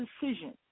decision